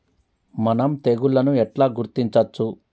మనం తెగుళ్లను ఎట్లా గుర్తించచ్చు?